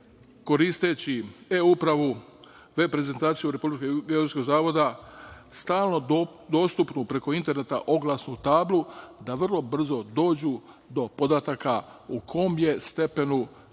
koristeći e-upravu, prezentaciju Republičkog geodetskog zavoda, stalno dostupnu preko interneta oglasnu tablu, da vrlo brzo dođu do podataka u kom je stepenu